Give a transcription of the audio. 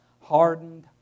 Hardened